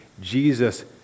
Jesus